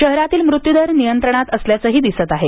शहरातील मृत्यूदर नियंत्रणात असल्याचंही दिसत आहे